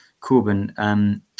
Corbyn